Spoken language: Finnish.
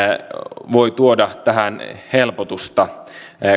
voi tuoda tähän helpotusta